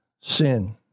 sin